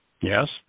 Yes